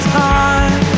time